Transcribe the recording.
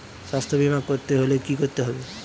স্বাস্থ্যবীমা করতে হলে কি করতে হবে?